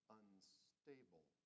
unstable